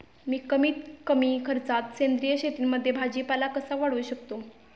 मी कमीत कमी खर्चात सेंद्रिय शेतीमध्ये भाजीपाला कसा वाढवू शकतो?